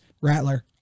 Rattler